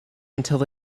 until